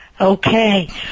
Okay